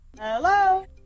Hello